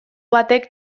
batek